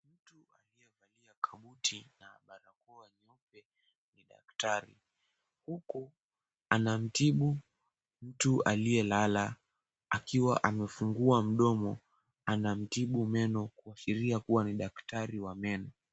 Mtu aliyevalia kabuti na barakoa nyeupe ni daktari, huku anamtibu mtu aliyelala akiwa amefunguwa mdomo anamtibu meno kuashiria ni daktari wa meno.